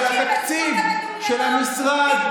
אבל התקציב של המשרד,